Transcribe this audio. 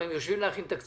הרי הם יושבים להכין תקציב,